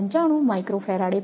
495 Fphase હશે